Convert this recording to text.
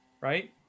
Right